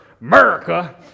America